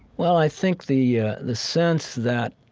well, i think the ah the sense that,